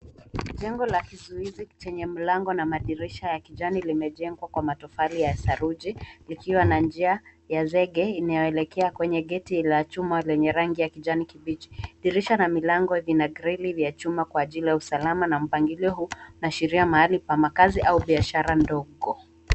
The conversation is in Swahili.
Jengo la kizuizi chenye mlango na madirisha ya kijani limejengwa kwa matofali ya saruji zikiwa na njia ya zege inayoelekea kwenye gate la chuma lenye rangi ya kijani kibichi. Dirisha na milango zina grili vya chuma kwa ajili ya usalama na mpangilio huku panaashiria mahali pa makazi au biashara ndogo.